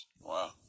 Wow